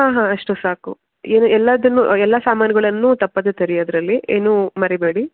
ಹಾಂ ಹಾಂ ಅಷ್ಟು ಸಾಕು ಎಲ್ಲವನ್ನು ಎಲ್ಲ ಸಾಮಾನುಗಳನ್ನು ತಪ್ಪದೆ ತರ್ರಿ ಅದರಲ್ಲಿ ಏನೂ ಮರೀಬೇಡಿ